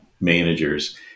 managers